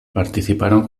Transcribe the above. participaron